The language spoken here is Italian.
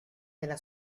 della